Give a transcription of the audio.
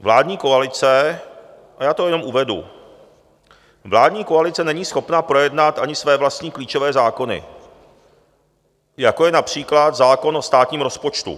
Vládní koalice já to jenom uvedu vládní koalice není schopná projednat ani své vlastní klíčové zákony, jako je například zákon o státním rozpočtu.